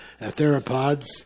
theropods